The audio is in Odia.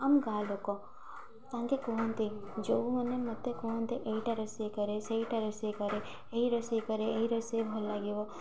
ଆମ ଗାଁ ଲୋକ ତାଙ୍କେ କୁହନ୍ତି ଯେଉଁମାନେ ମୋତେ କୁହନ୍ତି ଏଇଟା ରୋଷେଇ କରେ ସେଇଟା ରୋଷେଇ କରେ ଏଇ ରୋଷେଇ କରେ ଏଇ ରୋଷେଇ ଭଲ ଲାଗିବ